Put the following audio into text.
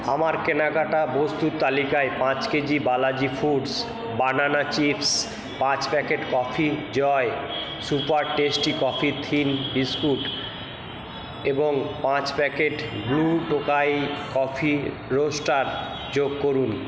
আমার কেনাকাটা বস্তুর তালিকায় পাঁচ KG Balaji foods banana chips পাঁচ packet coffee Joy super tasty coffee thin biscuit এবং পাঁচ packet blue Tokai coffee roaster যোগ করুন